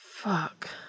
Fuck